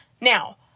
Now